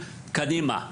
קדימה;